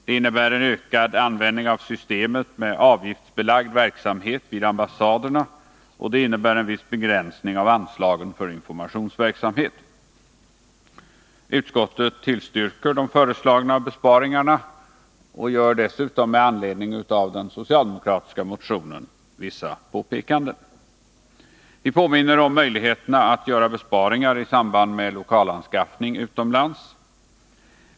Det innebär en ökad användning av systemet med avgiftsbelagd verksamhet vid ambassaderna, och det innebär en viss Uskottet tillstyrker de föreslagna besparingarna och gör dessutom vissa påpekanden med anledning av den socialdemokratiska motionen. Vi påminner om möjligheterna att göra besparingar i samband med lokalanskaffning utomlands.